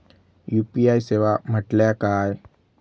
UPI सेवा म्हटल्या काय?